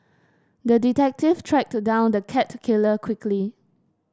the detective tracked down the cat killer quickly